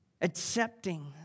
accepting